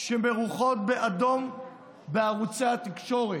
שמרוחות באדום בערוצי התקשורת,